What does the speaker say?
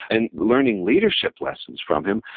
and learning leadership lessons from him,